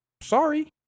sorry